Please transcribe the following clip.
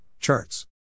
Charts